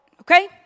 Okay